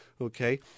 okay